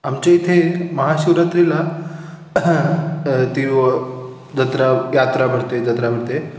आमच्या इथे महाशिवरात्रीला ती जत्रा यात्रा भरते जत्रा भरते